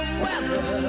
weather